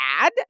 add